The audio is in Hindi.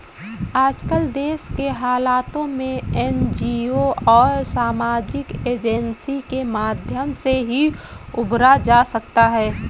आजकल देश के हालातों से एनजीओ और सामाजिक एजेंसी के माध्यम से ही उबरा जा सकता है